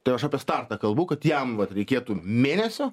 tai aš apie startą kalbu kad jam vat reikėtų mėnesio